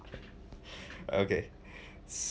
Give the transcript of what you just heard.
okay